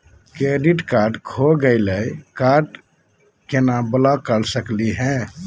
Credit card खो गैली, card क केना ब्लॉक कर सकली हे?